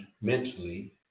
mentally